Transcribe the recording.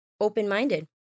open-minded